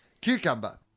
Cucumber